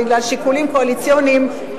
בגלל שיקולים קואליציוניים,